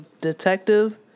Detective